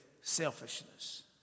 selfishness